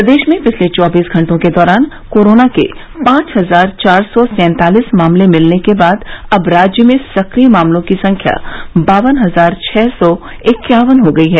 प्रदेश में पिछले चौबीस घंटों के दौरान कोरोना के पांच हजार चार सौ सैंतालिस मामले मिलने के बाद अब राज्य में सक्रिय मामलों की संख्या बावन हजार छः सौ इक्यावन हो गई है